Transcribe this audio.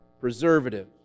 preservative